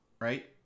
Right